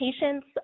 patients